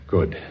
Good